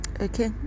Okay